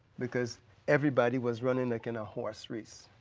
because everybody was running like in a horse race.